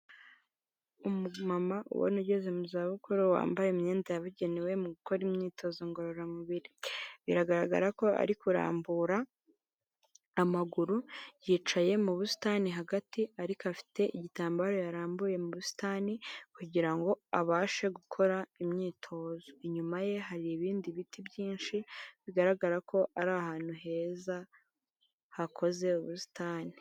Umuma ubona ugeze mu za bukuru wambaye imyenda yabugenewe mu gukora imyitozo ngororamubiri biragaragara ko ari kurambura amaguru yicaye mu busitani hagati ariko afite igitambaro yarambuye mu busitani kugira ngo abashe gukora imyitozo, inyuma ye hari ibindi biti byinshi bigaragara ko ari ahantu heza hakoze ubusitani.